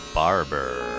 barber